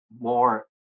more